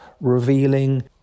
revealing